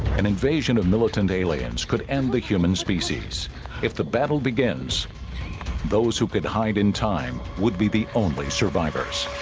an invasion of militant aliens could end the human species if the battle begins those who could hide in time would be the only survivors